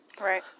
Right